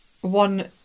one